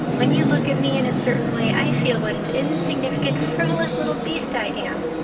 when you look at me in a certain way i feel what an insignificant, frivolous little beast i am,